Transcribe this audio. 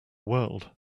world